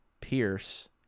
pierce